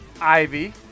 Ivy